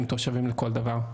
הם תושבים לכל דבר.